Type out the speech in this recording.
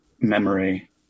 memory